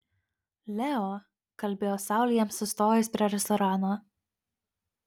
leo kalbėjo saulė jiems sustojus prie restorano